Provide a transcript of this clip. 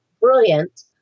brilliant